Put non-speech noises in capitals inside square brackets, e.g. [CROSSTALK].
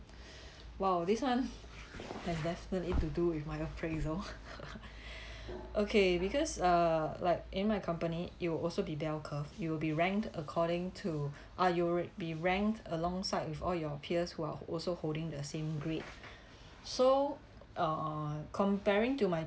[BREATH] !wow! this one has definitely to do with my appraisal [LAUGHS] okay because uh like in my company you will also be bell curve you'll be ranked according to ah you'll be ranked alongside with all your peers who are also holding the same grade so uh comparing to my